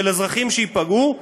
של אזרחים שייפגעו,